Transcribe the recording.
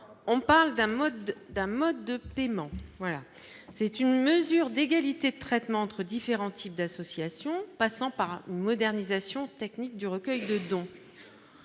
d'un mode d'un mode de paiement, c'est une mesure d'égalité de traitement entre différents types d'associations, passant par une modernisation technique du recueil de dons